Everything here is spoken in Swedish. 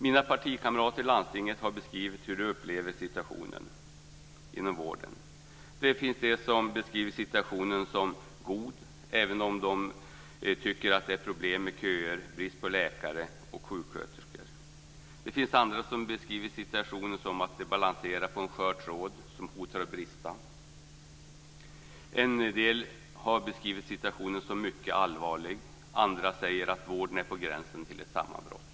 Mina partikamrater i landstingen har beskrivit hur de upplever situationen inom vården. Det finns de som beskriver situationen som god, även om de tycker att det finns problem med köer, brist på läkare och sjuksköterskor. Det finns andra som beskriver situationen så att de balanserar på en skör tråd som hotar att brista. En del har beskrivit situationen som mycket allvarlig, andra säger att vården är på gränsen till ett sammanbrott.